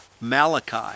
Malachi